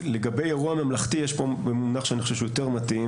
לגבי אירוע ממלכתי יש פה מונח שאני חושב שהוא יותר מתאים,